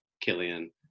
Killian